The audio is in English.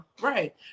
right